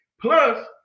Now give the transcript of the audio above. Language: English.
Plus